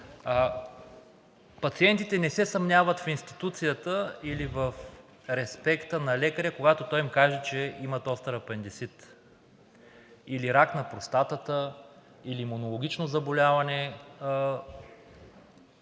пациентите не се съмняват в институцията или в респекта на лекаря, когато той им каже, че има остър апендицит, рак на простатата, имунологично заболяване